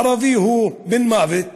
הערבי הוא בן מוות,